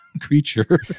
creature